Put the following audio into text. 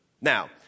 Now